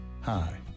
Hi